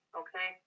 okay